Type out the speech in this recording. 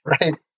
Right